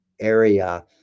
area